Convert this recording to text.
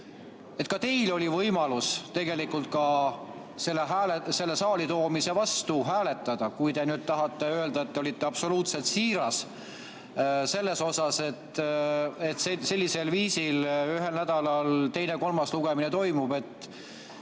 ka teil oli võimalus tegelikult selle saali toomise vastu hääletada, kui te tahate nüüd öelda, et te olite absoluutselt siiras selles, et sellisel viisil ühel nädalal teine ja kolmas lugemine toimub.